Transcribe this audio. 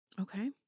Okay